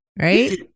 Right